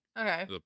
okay